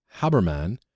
Haberman